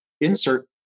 Insert